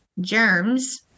Germs